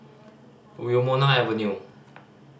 Wilmonar Avenue